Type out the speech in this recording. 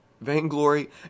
Vainglory